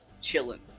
chilling